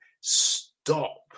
stop